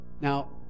Now